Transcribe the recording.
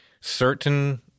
certain